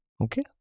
Okay